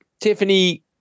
Tiffany